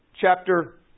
Chapter